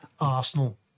Arsenal